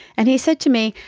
and he said to me,